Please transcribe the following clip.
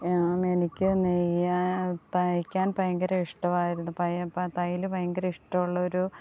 എനിക്ക് നെയ്യാൻ തയ്ക്കാൻ ഭയങ്കര ഇഷ്ടമായിരുന്നു പ തയ്യൽ ഭയങ്കര ഇഷ്ടമുള്ളൊരു